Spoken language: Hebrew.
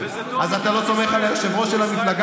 אבל האידיאולוגיה שלך,